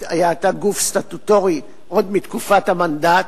שהיתה גוף סטטוטורי עוד מתקופת המנדט,